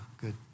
good